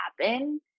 happen